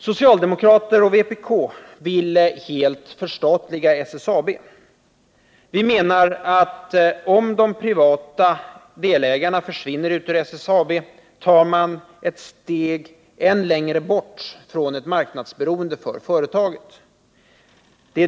Socialdemokraterna och vpk vill helt förstatliga SSAB. Vi menar, att om de privata delägarna försvinner från SSAB, tar man ett steg längre bort från ett marknadsberoende för företaget.